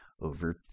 over